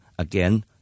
Again